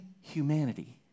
humanity